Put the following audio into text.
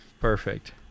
Perfect